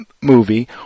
movie